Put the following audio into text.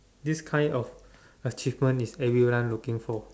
this kind of achievement is everyone looking for